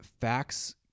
facts